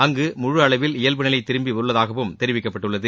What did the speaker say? அங்கு முழு அளவில் இயல்பு நிலை திரும்பி உள்ளதாகவும் தெரிவிக்கப்பட்டுள்ளது